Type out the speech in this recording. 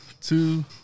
two